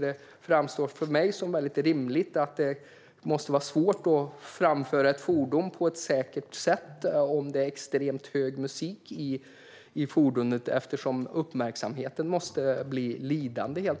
Det framstår för mig som rimligt att det är svårt att framföra ett fordon på ett säkert sätt om det är extremt hög musik i fordonet eftersom uppmärksamheten helt enkelt måste bli lidande.